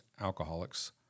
alcoholics